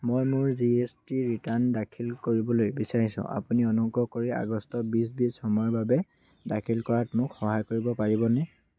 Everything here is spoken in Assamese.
মই মোৰ জি এছ টি ৰিটাৰ্ণ দাখিল কৰিবলৈ বিচাৰিছোঁ আপুনি অনুগ্ৰহ কৰি আগষ্ট বিছ বিছ সময়ৰ বাবে দাখিল কৰাত মোক সহায় কৰিব পাৰিবনে